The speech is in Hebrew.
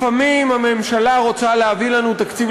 לפעמים הממשלה רוצה להביא לנו תקציב